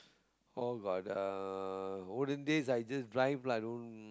all got the olden days I just drive lah don't